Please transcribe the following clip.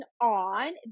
on